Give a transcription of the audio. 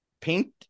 paint